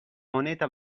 moneta